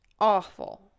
Awful